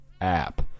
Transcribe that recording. app